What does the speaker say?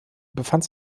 befand